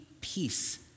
peace